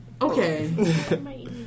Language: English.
Okay